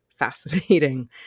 fascinating